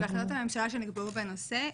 בהחלטות הממשלה שנקבעו בנושא,